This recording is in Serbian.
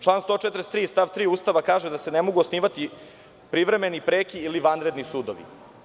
Član 143. stav 3. Ustava kaže da se ne mogu osnivati privremeni, preki ili vanredni sudovi.